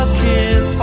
kiss